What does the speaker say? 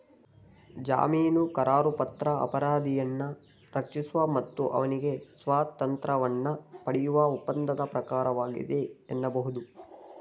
ಜಾಮೀನುಕರಾರುಪತ್ರ ಅಪರಾಧಿಯನ್ನ ರಕ್ಷಿಸುವ ಮತ್ತು ಅವ್ನಿಗೆ ಸ್ವಾತಂತ್ರ್ಯವನ್ನ ಪಡೆಯುವ ಒಪ್ಪಂದದ ಪ್ರಕಾರವಾಗಿದೆ ಎನ್ನಬಹುದು